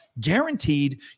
guaranteed